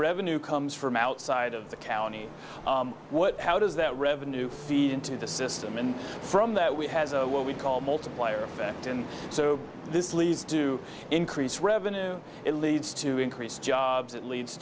revenue comes from outside of the county what how does that revenue feed into the system and from that we have what we call a multiplier effect and so this leads to increase revenue it leads to increased jobs it leads